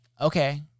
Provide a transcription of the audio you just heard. okay